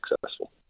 successful